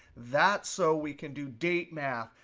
that's so we can do date math,